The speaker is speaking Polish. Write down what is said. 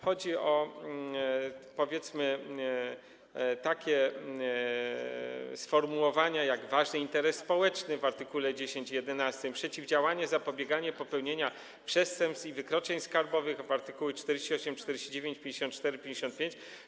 Chodzi, powiedzmy, o takie sformułowania jak „ważny interes społeczny” w art. 10 i 11, przeciwdziałanie czy zapobieganie popełnianiu przestępstw i wykroczeń skarbowych w art. 48, 49, 54, 55.